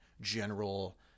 general